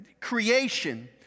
creation